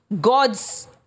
God's